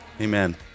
Amen